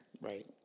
Right